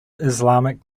islamic